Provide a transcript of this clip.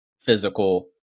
physical